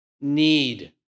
need